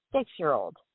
six-year-old